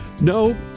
No